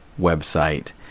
website